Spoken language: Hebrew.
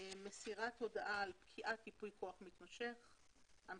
מסירת הודעה על פקיעת ייפוי כוח מתמשך הנחיות